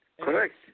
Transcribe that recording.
Correct